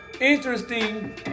interesting